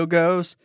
goes